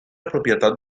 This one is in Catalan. propietat